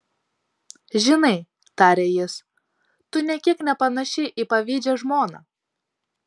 žinai tarė jis tu nė kiek nepanaši į pavydžią žmoną